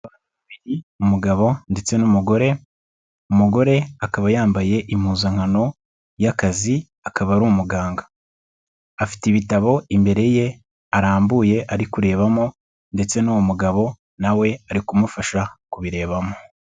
Umugabo ndetse n'umugore, umugore akaba yambaye impuzankano y'akazi, akaba ari umuganga afite ibitabo imbere ye arambuye ari kurebamo, ndetse n'uwo mugabo nawe ari kumufasha kubirebamo.